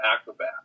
Acrobat